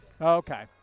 Okay